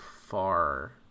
far